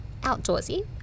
outdoorsy